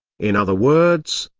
in other words,